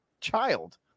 child